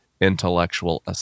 intellectual